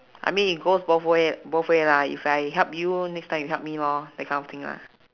I mean it goes both way both way lah if I help you next time you help me lor that kind of thing lah